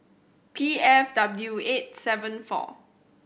P F W eight seven four